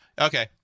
okay